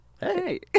Hey